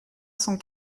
cent